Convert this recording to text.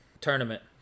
tournament